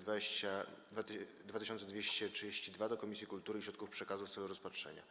2232, do Komisji Kultury i Środków Przekazu w celu rozpatrzenia.